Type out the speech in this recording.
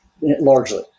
largely